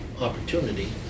opportunity